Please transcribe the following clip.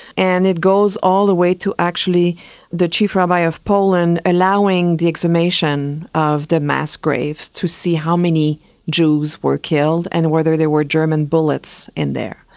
and it goes all the way to actually be chief rabbi of poland allowing the exhumation of the mass graves to see how many jews were killed and whether there were german bullets in there.